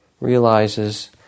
realizes